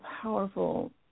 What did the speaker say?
powerful